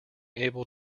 able